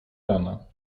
rana